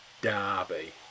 Derby